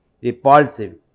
repulsive